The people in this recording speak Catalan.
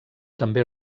també